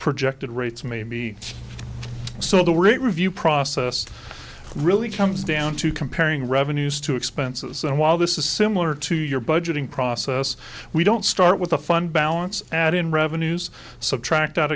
projected rates may be so the rate review process really comes down to comparing revenues to expenses and while this is similar to your budgeting process we don't start with the fund balance at in revenues subtract out